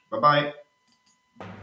Bye-bye